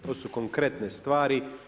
To su konkretne stvari.